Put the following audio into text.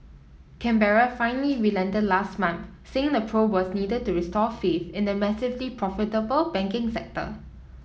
Canberra finally relented last month saying the probe was needed to restore faith in the massively profitable banking sector